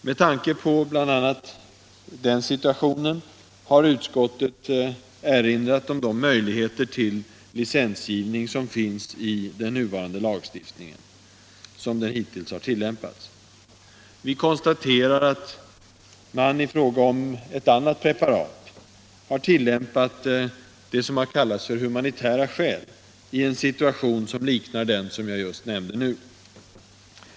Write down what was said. Med tanke på bl.a. den situationen har utskottet erinrat om de möjligheter till licensgivning som finns i den nuvarande lagstiftningen, som den hittills har tillämpats. Vi konstaterar att man i fråga om ett annat preparat har tillämpat det som har kallats humanitära skäl, i en situation liknande den jag nyss nämnde.